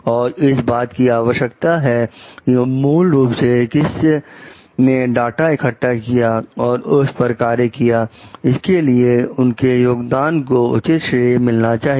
और इस बात की आवश्यकता है कि मूल रूप से किस ने डांटा इकट्ठा किया और उस पर कार्य किया इसके लिए उसके योगदान को उचित श्रेय मिलना चाहिए